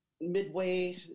midway